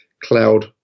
cloud